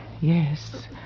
Yes